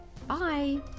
Bye